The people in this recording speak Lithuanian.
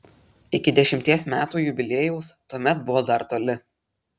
iki dešimties metų jubiliejaus tuomet buvo dar toli